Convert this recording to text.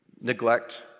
neglect